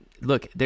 look